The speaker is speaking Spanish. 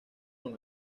con